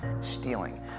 stealing